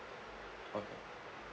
okay